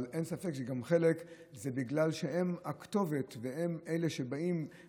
אבל אין ספק שגם אצל חלק זה בגלל שהם הכתובת והם אלה שעומדים